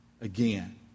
again